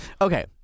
okay